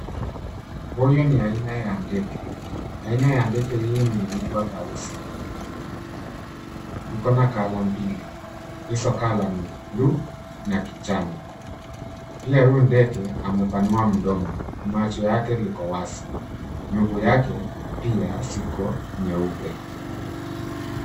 Huyu ni aina ya ndege. Aina ya ndege hii inaitwa tausi. Iko na colour mbili. Hizo colour ni bluu na kijani. Pia huyu ndege, amepanua mdomo. Macho yake liko wazi. Miguu yake pia ziko nyeupe.